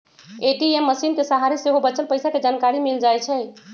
ATM मशीनके सहारे सेहो बच्चल पइसा के जानकारी मिल जाइ छइ